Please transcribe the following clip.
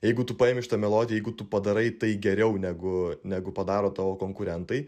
jeigu tu paimi šitą melodiją jeigu tu padarai tai geriau negu negu padaro tavo konkurentai